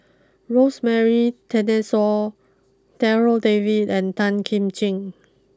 Rosemary Darryl David and Tan Kim Ching